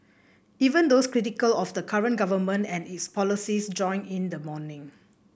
even those critical of the current government and its policies joined in the mourning